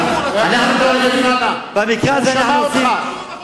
חבר הכנסת טלב אלסאנע, הוא שמע אותך.